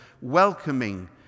welcoming